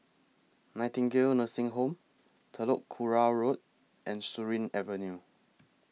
Nightingale Nursing Home Telok Kurau Road and Surin Avenue